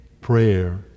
prayer